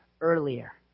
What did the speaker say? earlier